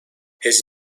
his